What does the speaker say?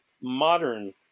modern